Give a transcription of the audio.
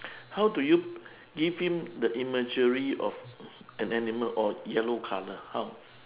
how do you give him the imagery of an animal or yellow colour how